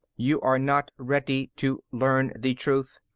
you are not ready to learn the truth.